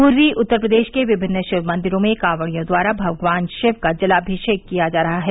पूर्वी उत्तर प्रदेश के विभिन्न शिक्मदिरों में कांवड़ियों द्वारा भगवान शिव का जलामिषेक किया जा रहा है